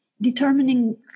Determining